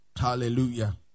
Hallelujah